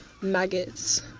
maggots